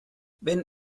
wenn